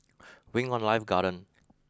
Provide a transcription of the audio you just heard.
Wing On Life Garden